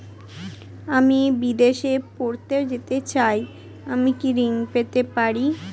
আমি বিদেশে পড়তে যেতে চাই আমি কি ঋণ পেতে পারি?